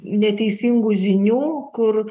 neteisingų žinių kur